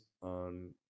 on